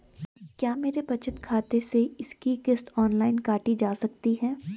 क्या मेरे बचत खाते से इसकी किश्त ऑनलाइन काटी जा सकती है?